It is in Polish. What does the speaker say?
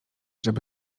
żeby